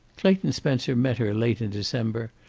clayton spencer met her late in december,